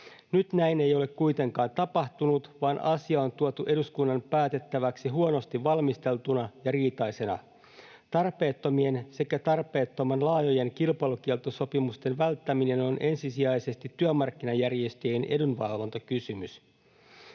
Nyt näin ei ole kuitenkaan tapahtunut, vaan asia on tuotu eduskunnan päätettäväksi huonosti valmisteltuna ja riitaisena. Tarpeettomien sekä tarpeettoman laajojen kilpailukieltosopimusten välttäminen on ensisijaisesti työmarkkinajärjestöjen edunvalvontakysymys.